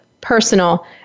personal